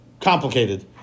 complicated